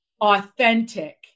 authentic